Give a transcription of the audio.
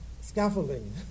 scaffolding